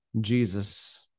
Jesus